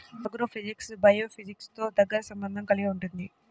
agrophysics బయోఫిజిక్స్తో దగ్గరి సంబంధం కలిగి ఉంటుంది